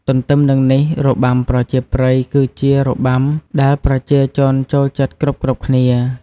ទន្ទឹមនឹងនេះរបាំប្រជាប្រិយគឹជារបាំដែលប្រជាជនចូលចិត្តគ្រប់ៗគ្នា ។